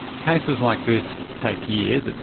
cases like this take years, ah